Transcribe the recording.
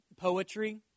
poetry